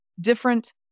different